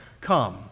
Come